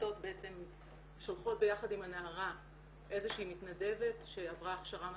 מצוותות ושולחות ביחד עם הנערה איזושהי מתנדבת שעברה הכשרה מתאימה.